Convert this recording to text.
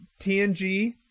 TNG